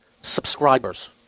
Subscribers